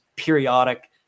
periodic